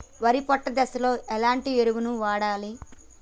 వరి పొట్ట దశలో ఎలాంటి ఎరువును వాడాలి?